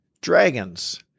dragons